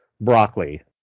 broccoli